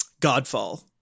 Godfall